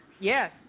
Yes